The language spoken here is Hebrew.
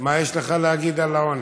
מה יש לך להגיד על העוני?